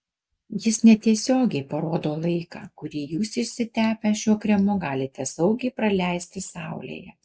jis netiesiogiai parodo laiką kurį jūs išsitepę šiuo kremu galite saugiai praleisti saulėje